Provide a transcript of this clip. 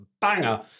banger